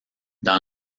dans